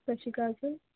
ਸਤਿ ਸ਼੍ਰੀ ਅਕਾਲ ਸਰ